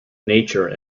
nature